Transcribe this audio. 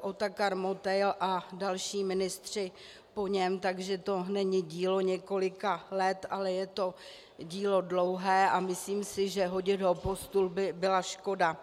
Otakar Motejl a další ministři po něm, takže to není dílo několika let, ale je to dílo dlouhé a myslím si, že hodit ho pod stůl by byla škoda.